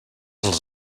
els